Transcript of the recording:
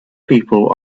people